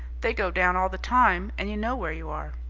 they go down all the time and you know where you are.